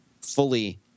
fully